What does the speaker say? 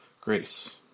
Grace